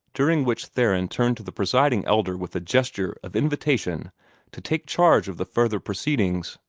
during which theron turned to the presiding elder with a gesture of invitation to take charge of the further proceedings.